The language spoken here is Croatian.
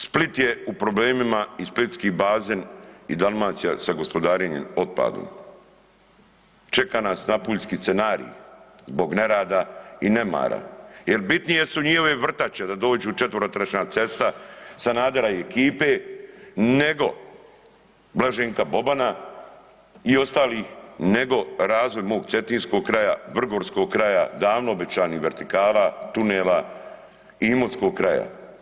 Split je u problemima i splitski bazen i Dalmacija sa gospodarenjem otpadom, čeka nas napuljski scenarij zbog nerada i nemara jer bitnije su njihove vrtače da dođu, 4-tračna cesta, Sanadera i ekipe nego Blaženka Bobana i ostalih, nego razvoj mog cetinskog kraja, vrgorskog kraja, davno obećanih vertikala, tunela i imotskog kraja.